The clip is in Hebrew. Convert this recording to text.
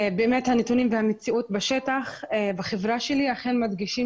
באמת הנתונים והמציאות בשטח בחברה שלי אכן מדגישים